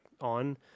on